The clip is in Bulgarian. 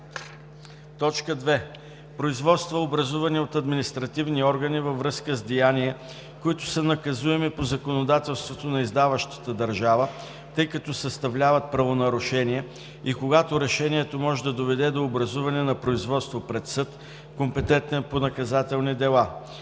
2. производства, образувани от административни органи във връзка с деяния, които са наказуеми по законодателството на издаващата държава, тъй като съставляват правонарушения, и където решението може да доведе до образуване на производство пред съд, компетентен по наказателни дела;